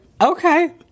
okay